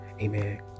Amen